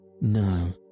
No